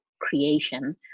creation